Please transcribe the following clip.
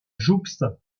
jouxte